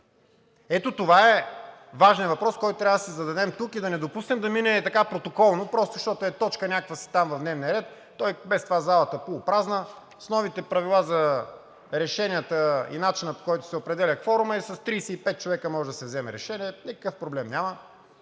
Ето това е важен въпрос, който трябва да си зададем тук и да не допуснем да мине ей така, протоколно, просто защото е точка някаква си там в дневния ред, то и без това залата е полупразна, с новите правила за решенията и начина, по който се определя кворумът, и с 35 човека може да се вземе решение, никакъв проблем няма,